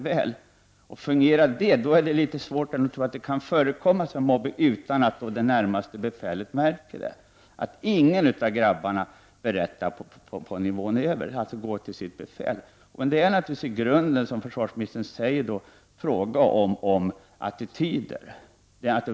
Om det fungerar bra är det svårt att tro att det kan förekomma mobbning utan att det närmaste befälet märker något, och man undrar hur det kommer sig att inte någon av grabbarna går till sitt befäl och berättar. Som försvarsministern säger är det naturligtvis i grunden en fråga om attityder.